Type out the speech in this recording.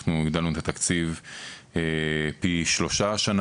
אנחנו הגדלנו את התקציב פי שלושה השנה